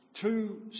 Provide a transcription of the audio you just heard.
two